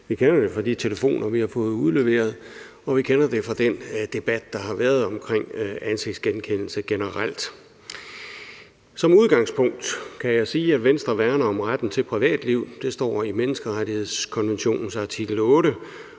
Vi kender det fra de telefoner, vi har fået udleveret, og vi kender det fra den debat, der har været omkring ansigtsgenkendelse generelt. Som udgangspunkt kan jeg sige, at Venstre værner om retten til privatliv, den ret, som menneskerettighedskonventionens artikel 8